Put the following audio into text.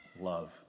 love